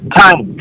time